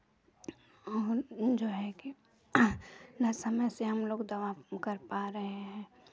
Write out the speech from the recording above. और जो है कि ना समय से हम लोग दवा कर पा रहे हैं